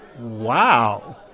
Wow